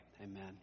Amen